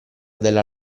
della